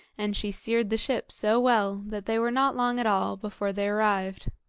and she steered the ship so well that they were not long at all before they arrived.